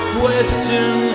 question